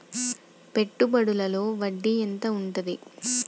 పెట్టుబడుల లో వడ్డీ ఎంత ఉంటది?